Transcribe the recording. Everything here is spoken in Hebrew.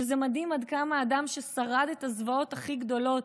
וזה מדהים עד כמה אדם ששרד את הזוועות הכי גדולות